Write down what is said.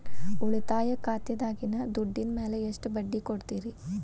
ಉಳಿತಾಯ ಖಾತೆದಾಗಿನ ದುಡ್ಡಿನ ಮ್ಯಾಲೆ ಎಷ್ಟ ಬಡ್ಡಿ ಕೊಡ್ತಿರಿ?